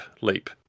leap